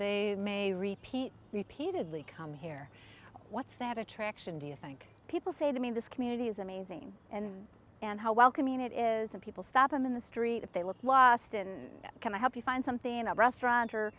they may repeat repeatedly come here what's that attraction do you think people say to me this community is amazing and and how welcoming it is and people stop in the street if they were lost and can i help you find something in a restaurant or